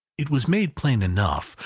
it was made plain enough,